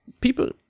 people